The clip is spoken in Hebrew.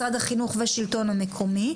משרד החינוך והשלטון המקומי,